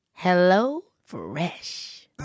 HelloFresh